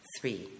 Three